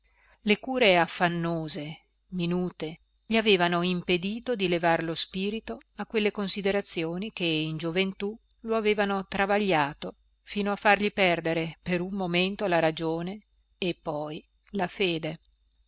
le cure affannose minute gli avevano impedito di levar lo spirito a quelle considerazioni che in gioventù lo avevano travagliato fino a fargli perdere per un momento la ragione e poi la fede